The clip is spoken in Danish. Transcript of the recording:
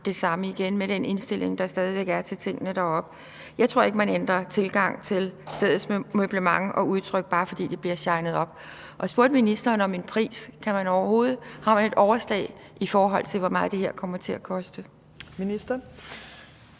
det samme igen med den indstilling, der stadig væk er til tingene deroppe. Jeg tror ikke, at man ændrer tilgang til stedets møblement og udtryk, bare fordi det bliver shinet op. Og jeg spurgte ministeren om en pris. Har man et overslag i forhold til, hvor meget det her kommer til at koste? Kl.